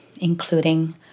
including